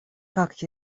как